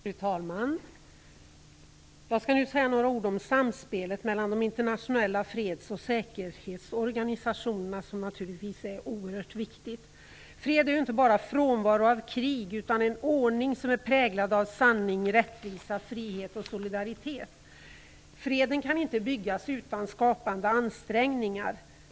Fru talman! Jag skall nu säga några ord om samspelet mellan de internationella freds och säkerhetsorganisationerna, som naturligtvis är oerhört viktigt. Fred är inte bara frånvaro av krig, utan en ordning som är präglad av sanning, rättvisa, frihet och solidaritet. Freden kan inte byggas utan skapande ansträngningar.